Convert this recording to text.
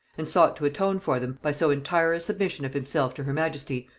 and sought to atone for them by so entire a submission of himself to her majesty,